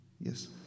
Yes